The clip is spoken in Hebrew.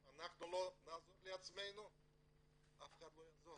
אם אנחנו לא נעזור לעצמנו אף אחד לא יעזור.